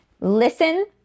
Listen